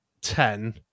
ten